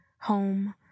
home